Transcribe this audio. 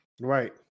Right